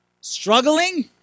struggling